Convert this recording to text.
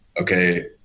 okay